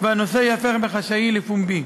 והנושא ייהפך מחשאי לפומבי.